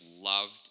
loved